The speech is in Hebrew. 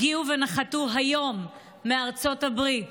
הגיעו ונחתו היום מארצות הברית